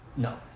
No